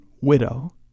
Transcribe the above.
widow